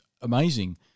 amazing